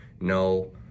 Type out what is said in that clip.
No